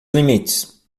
limites